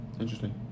Interesting